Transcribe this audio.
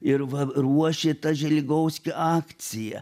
ir va ruošė ta želigovskio akcija